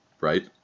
Right